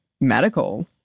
medical